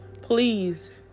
please